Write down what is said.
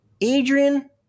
Adrian